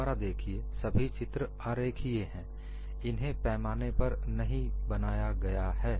दोबारा देखिएसभी चित्र आरेखीय है इन्हें पैमाने पर नहीं बनाया गया है